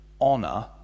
honor